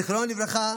זיכרונו לברכה,